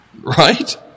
right